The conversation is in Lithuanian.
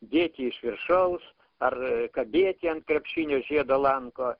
dėti iš viršaus ar kabėti ant krepšinio žiedo lanko